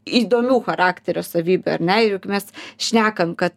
įdomių charakterio savybių ar ne juk mes šnekam kad